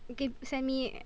give send me